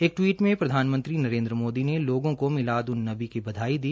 एक टवीट में प्रधानमंत्री नरेन्द्र मोदी ने लोगों को मिलाद उन नवी की बधाई दी